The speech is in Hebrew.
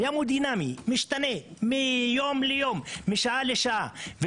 הים הוא דינמי, הוא משתנה מיום ליום, משעה לשעה.